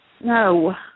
No